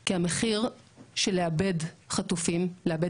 כי המחיר של לאבד חטופים,